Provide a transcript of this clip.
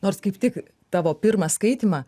nors kaip tik tavo pirmą skaitymą